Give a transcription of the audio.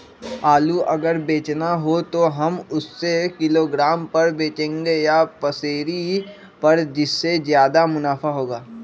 आलू अगर बेचना हो तो हम उससे किलोग्राम पर बचेंगे या पसेरी पर जिससे ज्यादा मुनाफा होगा?